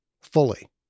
fully